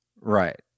Right